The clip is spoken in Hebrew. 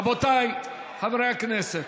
רבותיי, חברי הכנסת,